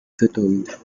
settled